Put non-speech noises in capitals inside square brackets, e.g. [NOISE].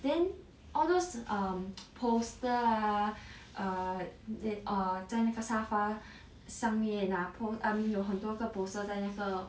then all those um [NOISE] poster ah err they err 在那个沙发上面 ah po~ I mean 有很多个 poster 在那个